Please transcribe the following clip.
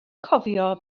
cofio